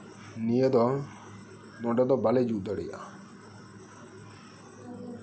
ᱱᱤᱭᱟᱹ ᱫᱚ ᱱᱚᱰᱮ ᱫᱚ ᱵᱟᱞᱮ ᱡᱩᱛ ᱫᱟᱲᱮᱭᱟᱜᱼᱟ